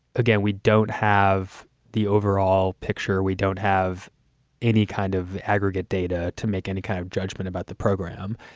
again, we don't have the overall picture we don't have any kind of aggregate data to make any kind of judgment about the program.